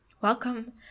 Welcome